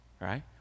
right